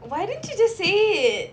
why didn't you just say it